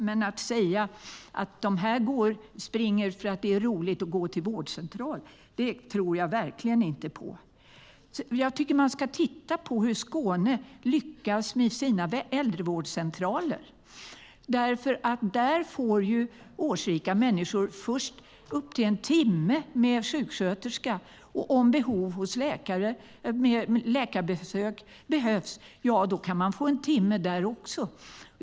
Men påståendet att människor springer till vårdcentralen för att det är roligt tror jag verkligen inte på. Jag tycker att man ska titta på hur Skåne har lyckats med sina äldrevårdscentraler. Där får nämligen årsrika människor först upp till en timme med sjuksköterska, och om behov av besök hos läkare finns kan man få en timme där också.